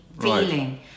feeling